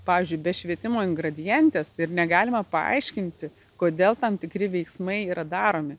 pavyzdžiui be švietimo ingradientės ir negalima paaiškinti kodėl tam tikri veiksmai yra daromi